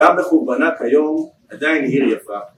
‫גם בחורבנה כיום עדיין היא עיר יפה.